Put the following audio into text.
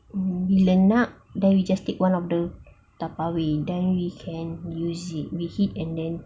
mm bila nak then we just take one of the tupperware then we can use it reheat and then